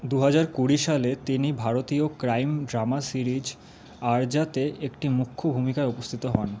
দুহাজার কুড়ি সালে তিনি ভারতীয় ক্রাইম ড্রামা সিরিজ আর্যাতে একটি মুখ্য ভূমিকায় উপস্থিত হন